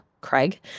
Craig